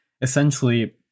essentially